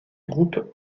groupes